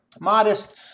modest